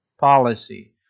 policy